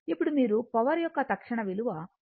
ఇప్పుడు మీరు పవర్ యొక్క తక్షణ విలువ పవర్ v i ఇవ్వబడుతుంది